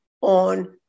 on